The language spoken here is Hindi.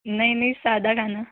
नहीं नहीं सादा खाना